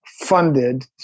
funded